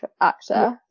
actor